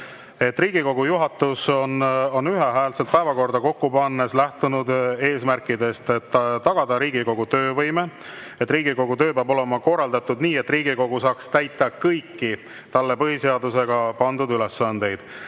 Riigikogu juhatus on ühehäälselt päevakorda kokku pannes lähtunud eesmärgist, et tagada Riigikogu töövõime ja et Riigikogu töö peab olema korraldatud nii, et Riigikogu saaks täita kõiki talle põhiseadusega pandud ülesandeid.